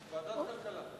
ועדת הכלכלה.